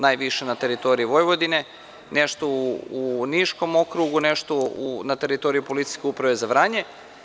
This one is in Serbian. Najviše na teritoriji Vojvodine, nešto u Niškom okrugu, nešto na teritoriji policijske uprave za Vranje.